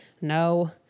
No